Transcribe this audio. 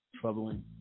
Troubling